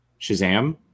Shazam